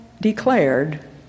declared